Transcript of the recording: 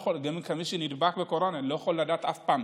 מי שנדבק בקורונה, אני לא יכול לדעת אף פעם